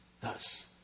thus